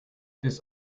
this